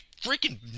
freaking